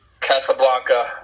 Casablanca